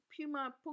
Puma